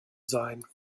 sein